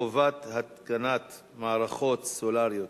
חובת התקנת מערכות סולריות